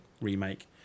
remake